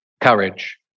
courage